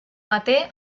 maté